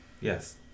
Yes